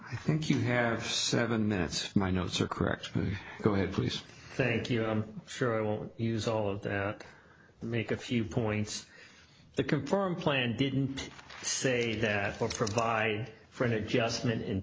i think you have seven minutes my notes are correct go ahead please thank you i'm sure i won't use all of them make a few points the confirm plan didn't say that or provide for an adjustment